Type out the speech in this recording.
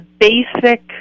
basic